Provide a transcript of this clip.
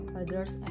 others